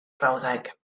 brawddeg